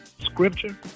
scripture